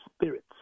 spirits